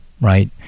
right